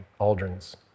Aldrin's